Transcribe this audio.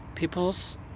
people's